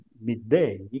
midday